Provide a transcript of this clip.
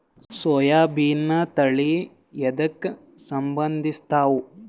ಸೋಯಾಬಿನ ತಳಿ ಎದಕ ಸಂಭಂದಸತ್ತಾವ?